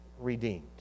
redeemed